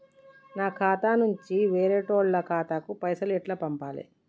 నా ఖాతా నుంచి వేరేటోళ్ల ఖాతాకు పైసలు ఎట్ల పంపాలే?